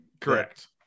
Correct